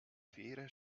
fähre